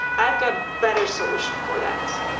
i've got better solution for that.